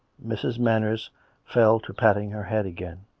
mrs. manners fell to patting her head again.